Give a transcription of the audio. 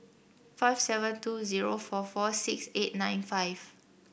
five seven two zero four four six eight nine five